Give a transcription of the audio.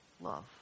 love